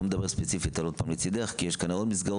לא מדבר עוד פעם ספציפית על "לצידך" כי יש כאן עוד מסגרות,